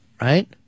right